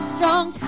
strong